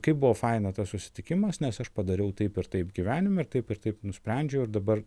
kaip buvo faina tas susitikimas nes aš padariau taip ir taip gyvenime taip ir taip nusprendžiau ir dabar